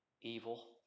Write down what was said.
evil